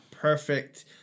perfect